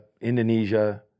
Indonesia